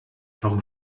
warum